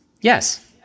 Yes